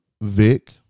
Vic